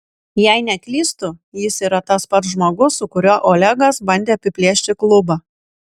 jei neklystu jis yra tas pats žmogus su kuriuo olegas bandė apiplėšti klubą